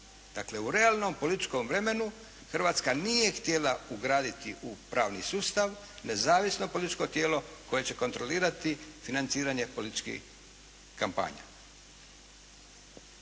Dakle, u realnom političkom vremenu Hrvatska nije htjela ugraditi u pravni sustav nezavisno političko tijelo koje će kontrolirati financiranje političkih kampanja.